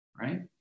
right